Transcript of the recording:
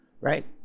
right